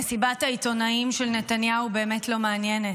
מסיבת העיתונאים של נתניהו באמת לא מעניינת.